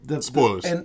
Spoilers